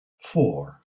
four